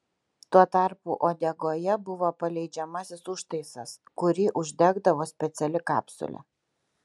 tuo tarpu uodegoje buvo paleidžiamasis užtaisas kurį uždegdavo speciali kapsulė